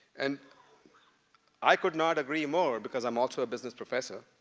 and i could not agree more because i'm also a business professor.